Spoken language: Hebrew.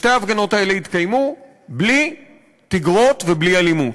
ושתי ההפגנות האלה התקיימו בלי תגרות ובלי אלימות.